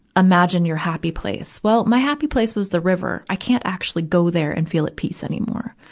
imagine your happy place. well, my happy place was the river. i can't actually go there and feel at peace anymore.